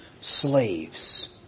slaves